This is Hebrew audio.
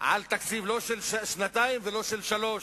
על תקציב של שנתיים ולא של שלוש.